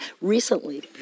recently